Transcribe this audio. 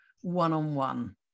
one-on-one